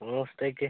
മൂന്നു ദിവസത്തേക്ക്